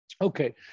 Okay